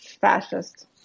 fascist